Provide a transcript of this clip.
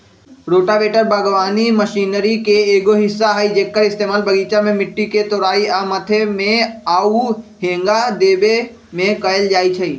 rotavator बगवानी machinery के एगो हिस्सा हई जेक्कर इस्तेमाल बगीचा में मिट्टी के तोराई आ मथे में आउ हेंगा देबे में कएल जाई छई